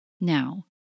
Now